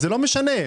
לא משנה.